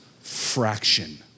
fraction